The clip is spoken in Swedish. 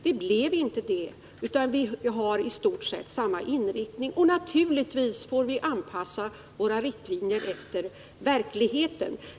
Det blev det inte utan vi har i stort sett samma inriktning — och naturligtvis får vi anpassa våra riktlinjer efter verkligheten.